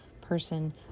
person